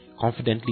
Confidently